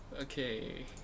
Okay